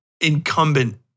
incumbent